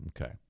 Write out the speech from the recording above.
Okay